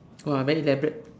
!wah! very elaborate